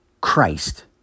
Christ